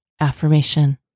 AFFIRMATION